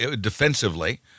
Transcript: defensively